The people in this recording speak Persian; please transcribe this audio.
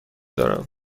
دارم